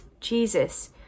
Jesus